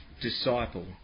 disciple